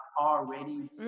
already